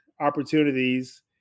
opportunities